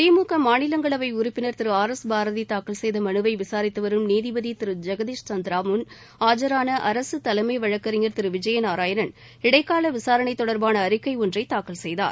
திமுக மாநிலங்களவை உறுப்பினர் திரு ஆர் எஸ் பாரதி தாக்கல் செய்த மலுவை விசாரித்துவரும் நீதிபதி திரு ஜெகதீஷ்சந்திரா முன் ஆஜான அரசு தலைமை வழக்கறிஞர் திரு விஜயநாராயணன் இடைக்கால விசாரணை தொடர்பான அறிக்கை ஒன்றை தாக்கல் செய்தார்